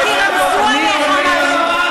מה זה?